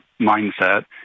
mindset